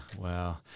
wow